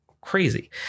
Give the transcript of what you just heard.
crazy